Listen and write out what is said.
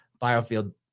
biofield